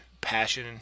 passion